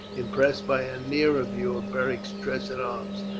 impressed by a nearer view of beric's dress and arms.